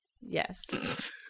Yes